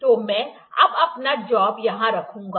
तो मैं अब अपना जॉब यहां रखूंगा